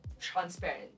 transparent